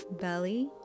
belly